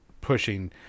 pushing